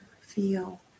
feel